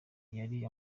yari